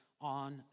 on